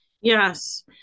Yes